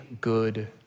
good